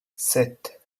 sept